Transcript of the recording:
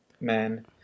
man